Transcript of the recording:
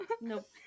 Nope